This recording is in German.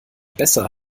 besser